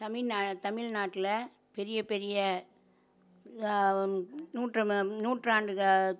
தமிழ்நா தமிழ்நாட்டில பெரிய பெரிய நூற்றம நூற்றாண்டுகா